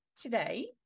today